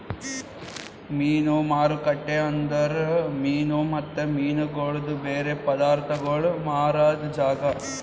ಮೀನು ಮಾರುಕಟ್ಟೆ ಅಂದುರ್ ಮೀನು ಮತ್ತ ಮೀನಗೊಳ್ದು ಬೇರೆ ಪದಾರ್ಥಗೋಳ್ ಮಾರಾದ್ ಜಾಗ